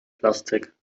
plastik